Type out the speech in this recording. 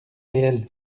réel